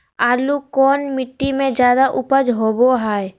आलू कौन मिट्टी में जादा ऊपज होबो हाय?